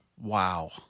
Wow